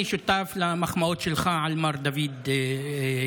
אני שותף למחמאות שלך למר דוד גל,